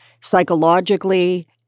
psychologically